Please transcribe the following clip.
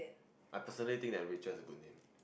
absolute think that we just a good new